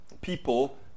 people